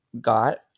Got